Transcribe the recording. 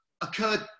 occurred